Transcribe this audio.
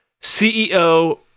CEO